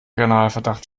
generalverdacht